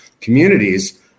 communities